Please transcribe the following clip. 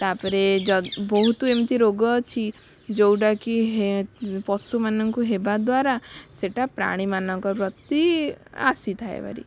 ତା'ପରେ ବହୁତ ଏମିତି ରୋଗ ଅଛି ଯେଉଁଟାକି ପଶୁମାନଙ୍କୁ ହେବା ଦ୍ୱାରା ସେଟା ପ୍ରାଣୀମାନଙ୍କ ପ୍ରତି ଆସିଥାଏ ଭାରି